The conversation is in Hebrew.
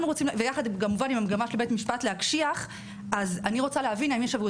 יחד עם המגמה של בית משפט להקשיח אני רוצה להבין אם יש עבודה